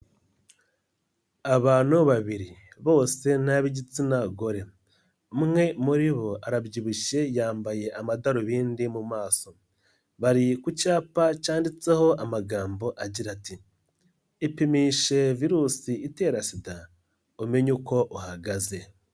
Abantu babiri bose n'ab'igitsina gore, umwe muri bo arabyibushye yambaye amadarubindi mu maso, bari ku cyapa cyanditseho amagambo agira ati "ipimishe virusi itera SIDA umenye uko uhagaze".